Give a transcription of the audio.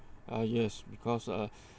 ah yes because ah